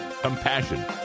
compassion